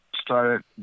started